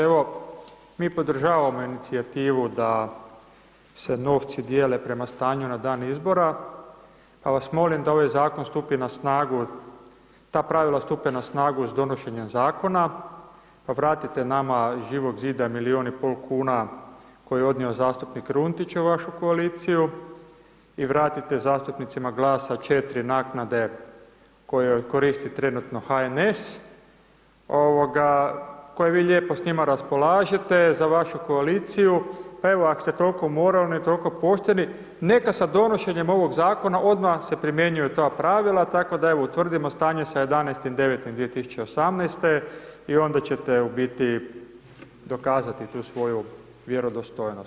Evo mi podržavamo inicijativu da se novci dijele prema stanju na dan izbora, pa vas molim da ovaj Zakon stupi na snagu, ta pravila stupe na snagu s donošenjem Zakona, pa vratite nama iz Živog zida, milijun i pol kuna koji je odnio zastupnik Runtić u vašu koaliciju, i vratite zastupnicima GLAS-a četiri naknade koje koristi trenutno HNS, ovoga, koje vi lijepo s njima raspolažete za vašu koaliciji, pa evo, ako ste tol'ko moralni, tol'ko pošteni, neka sa donošenjem ovog Zakona, odmah se primjenjuju ta pravila, tako da evo, utvrdimo stanje sa 11.09.2018., i onda će te u biti dokazati tu svoju vjerodostojnost.